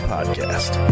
Podcast